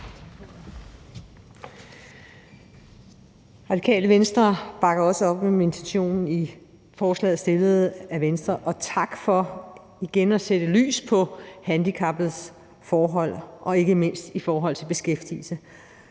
Radikale Venstre bakker også op om intentionen i forslaget fremsat af Venstre. Og tak for igen at sætte fokus på handicappedes forhold, ikke mindst i forhold til beskæftigelse.